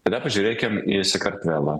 tada pažiūrėkim į sakartvelo